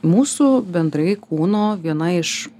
mūsų bendrai kūno viena iš